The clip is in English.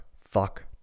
fuck